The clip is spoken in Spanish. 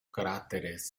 cráteres